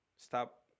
Stop